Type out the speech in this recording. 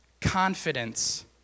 confidence